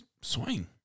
swing